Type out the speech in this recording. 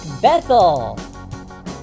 Bethel